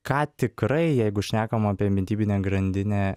ką tikrai jeigu šnekam apie mitybinę grandinę